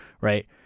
right